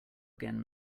again